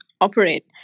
operate